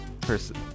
person